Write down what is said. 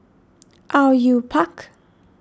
Au Yue Pak